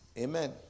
Amen